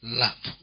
love